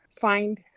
find